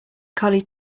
collie